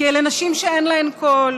כי אלה נשים שאין להן קול.